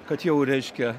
kad jau reiškia